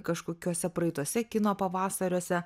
kažkokiuose praeituose kino pavasariuose